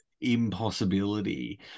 impossibility